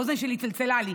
האוזן שלי צלצלה לי.